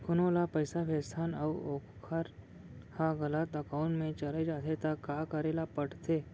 कोनो ला पइसा भेजथन अऊ वोकर ह गलत एकाउंट में चले जथे त का करे ला पड़थे?